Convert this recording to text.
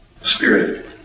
Spirit